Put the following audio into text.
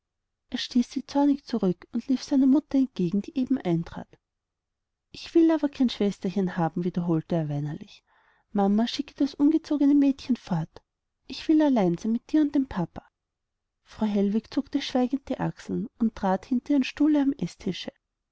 er stieß sie zornig zurück und lief seiner mutter entgegen die eben wieder eintrat ich will aber kein schwesterchen haben wiederholte er weinerlich mama schicke das ungezogene mädchen fort ich will allein sein bei dir und dem papa frau hellwig zuckte schweigend die achseln und trat hinter ihren stuhl am eßtische